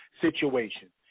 situation